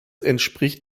entspricht